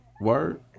word